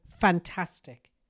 fantastic